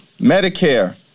Medicare